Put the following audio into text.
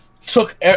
took